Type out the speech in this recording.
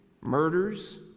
murders